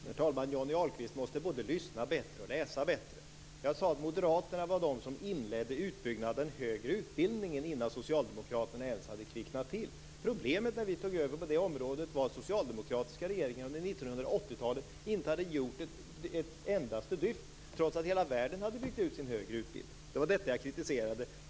Herr talman! Johnny Ahlqvist måste både lyssna och läsa bättre. Jag sade att moderaterna var de som inledde utbyggnaden av den högre utbildningen innan socialdemokraterna ens hade kvicknat till. Problemet på det området när vi tog över var att socialdemokratiska regeringar under 1980-talet inte hade gjort ett endaste dyft trots att hela världen hade byggt ut sin högre utbildning. Det var detta jag kritiserade.